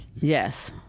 Yes